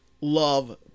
love